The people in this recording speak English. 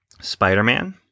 Spider-Man